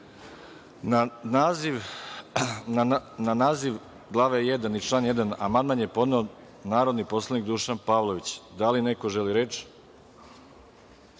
naziv Glave I i član 1. amandman je podneo narodni poslanik Dušan Pavlović. Da li neko želi reč?